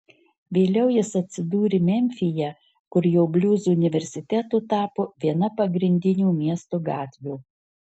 vėliau jis atsidūrė memfyje kur jo bliuzo universitetu tapo viena pagrindinių miesto gatvių